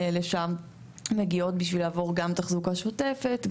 לשם מגיעות בשביל לעבור גם תחזוקה שוטפת,